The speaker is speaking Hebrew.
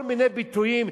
כל מיני ביטויים,